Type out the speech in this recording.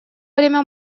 время